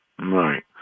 Right